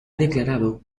declarado